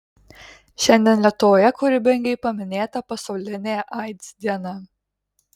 šiandien lietuvoje kūrybingai paminėta pasaulinė aids diena